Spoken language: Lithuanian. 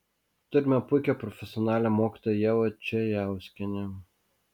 turime puikią profesionalią mokytoją ievą čejauskienę